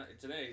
today